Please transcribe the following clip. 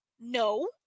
no